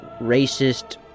racist